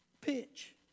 Pitch